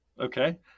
Okay